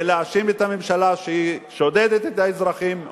ולהאשים את הממשלה שהיא שודדת את האזרחים,